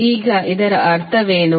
ಈಗ ಇದರ ಅರ್ಥವೇನು